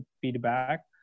feedback